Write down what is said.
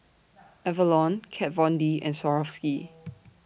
Avalon Kat Von D and Swarovski